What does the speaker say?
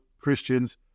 Christians